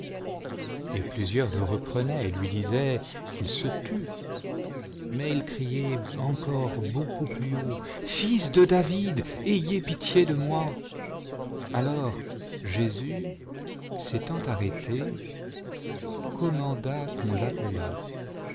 et plusieurs le reprenaient et lui disaient qu'il se tûtj mais il criait encore beaucoup plus haut fils de david ayez pitié de moi alors jésus s'étant arrêté commanda qu'on l'appelât